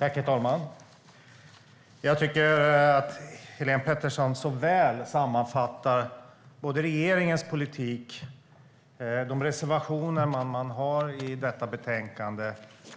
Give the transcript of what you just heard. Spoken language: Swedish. Herr talman! Jag tycker att Helene Petersson väl sammanfattar både regeringens politik och de reservationer man har i detta betänkande när